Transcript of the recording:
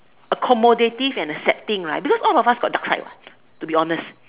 accommodative and a sad thing right because all of us have dark side what to be honest